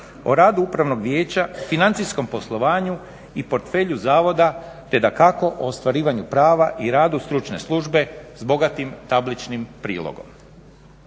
o radu Upravnog vijeća, financijskom poslovanju i portfelju Zavoda, te dakako o ostvarivanju prava i radu stručne službe s bogatim tabličnim prilogom.